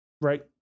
Right